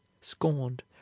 scorned